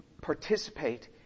participate